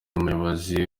umuyobozi